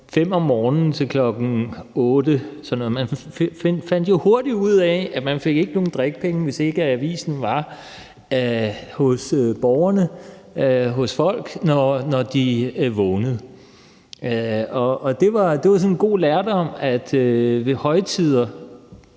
5 om morgenen til kl. 8, og man fandt jo hurtigt ud af, at man ikke fik nogen drikkepenge, hvis avisen ikke var hos borgerne, hos folk, når de vågnede. Det var sådan en god lærdom, at ved højtider